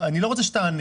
אני לא רוצה שתענה.